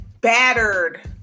battered